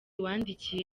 wandikiye